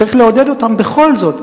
צריך לעודד אותם בכל זאת,